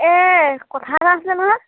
এই কথা এটা আছিলে নহয়